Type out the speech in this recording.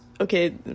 Okay